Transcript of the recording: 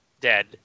dead